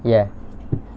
ya